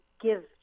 give